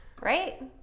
right